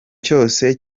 cyose